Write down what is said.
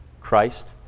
Christ